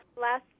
last